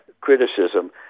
criticism